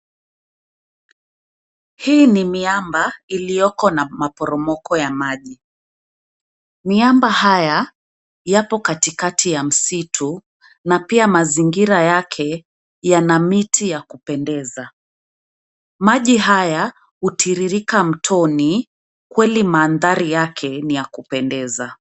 Hii ni miamba, iliyoko na maporomoko ya maji. Miamba haya, yapo katikati ya msitu, na pia mazingira yake, yana miti ya kupendeza. Maji haya hutiririka mtoni, kweli mandhari yake, ni ya kupendeza.